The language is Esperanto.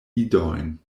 idojn